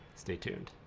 stay tuned.